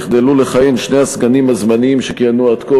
יחדלו לכהן שני הסגנים הזמניים שכיהנו עד כה,